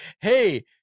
Hey